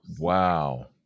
wow